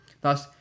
Thus